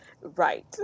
Right